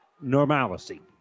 normalcy